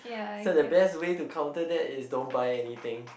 so the best way to counter that is don't buy anything